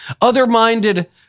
other-minded